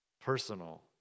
personal